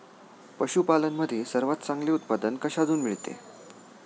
पशूपालन मध्ये सर्वात चांगले उत्पादन कशातून मिळते?